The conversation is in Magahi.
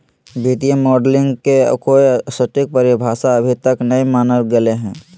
वित्तीय मॉडलिंग के कोई सटीक परिभाषा अभी तक नय मानल गेले हें